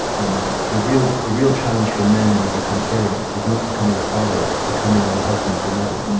um the real the real challenge for men, when they become parents, is not becoming a father. it's becoming the husband to a mother.